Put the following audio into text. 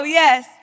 yes